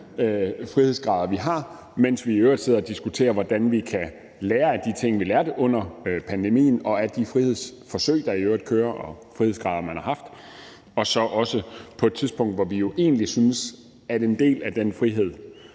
frihedsgrader, vi har, og mens vi i øvrigt sidder og diskuterer, hvordan vi kan lære af de ting, vi lærte under pandemien, og af de frihedsforsøg, der er i øvrigt kører, og frihedsgrader, man har haft, og så også på et tidspunkt, hvor vi jo egentlig synes, at en del af den frihed,